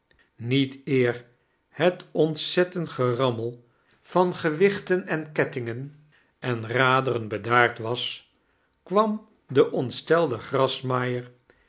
niet eer het ontzettend gerammel van gewichten en kettingen en raderen bedaard was kwam de ontstelde